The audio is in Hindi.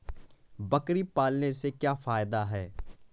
बकरी पालने से क्या फायदा है?